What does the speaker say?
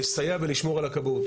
לסייע ולשמור על הכבאות.